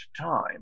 time